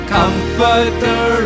Comforter